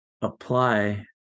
apply